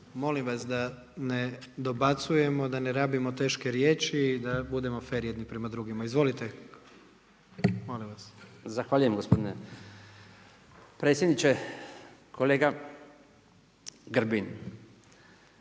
Molim vas da ne dobacujemo, da ne rabimo teške riječi i da budemo fer jedni prema drugima. Izvolite. **Bačić, Branko (HDZ)** Zahvaljujem gospodine predsjedniče. Kolega Grbin,